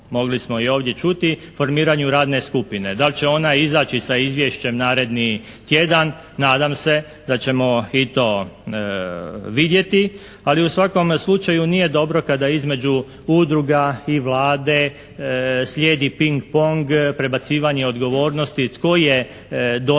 Dal' će ona izaći sa izvješćem naredni tjedan, nadam se da ćemo i to vidjeti, ali u svakom slučaju nije dobro kada između udruga i Vlade sljedi ping-pong prebacivanje odgovornosti tko je donio